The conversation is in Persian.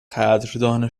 قدردان